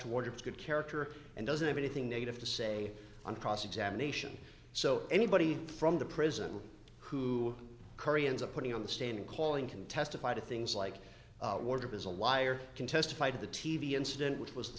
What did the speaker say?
towards good character and doesn't have anything negative to say on cross examination so anybody from the prison who koreans of putting on the stand and calling can testify to things like wardrobe is a liar can testify to the t v incident which was the